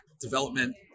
development